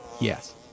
Yes